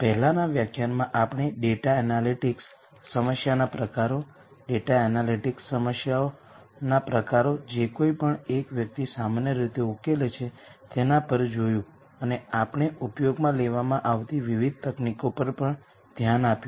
પહેલાનાં વ્યાખ્યાનમાં આપણે ડેટા એનાલિટિક્સ સમસ્યાના પ્રકારો ડેટા એનાલિટિક્સ સમસ્યાઓના પ્રકારો જે કોઈપણ એક વ્યક્તિ સામાન્ય રીતે ઉકેલે છે તેના પર જોયું અને આપણે ઉપયોગમાં લેવામાં આવતી વિવિધ તકનીકો પર પણ ધ્યાન આપ્યું